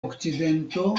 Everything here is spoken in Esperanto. okcidento